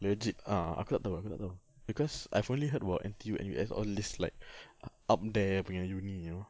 legit ah aku tak tahu aku tak tahu because I've only heard about N_T_U N_U_S all these like up there punya uni you know